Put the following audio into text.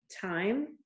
time